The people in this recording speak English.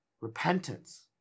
Repentance